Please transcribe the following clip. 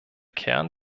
kern